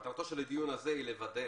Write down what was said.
מטרת הדיון הזה היא לוודא